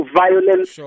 violence